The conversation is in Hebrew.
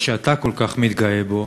שאתה כל כך מתגאה בו,